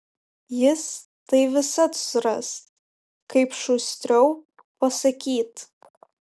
jis tai visad suras kaip šustriau pasakyt